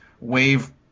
Wave